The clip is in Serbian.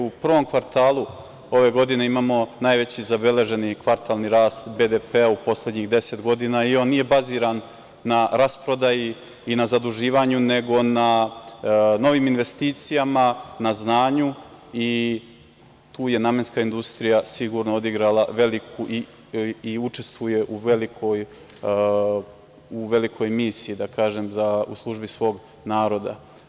U prvom portalu ove godine imamo najveći zabeleženi fatalni rast BDP-a u poslednjih 10 godina i on nije baziran na rasprodaji i na zaduživanju, nego na novim investicijama, na znanju i tu je namenska industrija sigurno odigrala veliku ulogu i učestvuje u velikoj misiji, da kažem, u službi svog naroda.